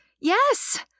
yes